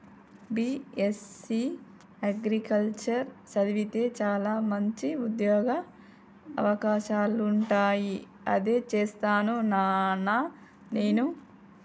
BSc horticulture చదివితే చాల మంచి ఉంద్యోగ అవకాశాలుంటాయి అదే చేస్తాను నానా నేను